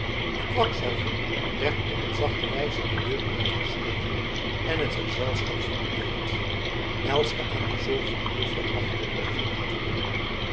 de kwakzalver werd op een zachte wijze de deur uitgeschoven en het gezelschap verliet de hut elske aan de zorg van buurvrouw machteld overlatende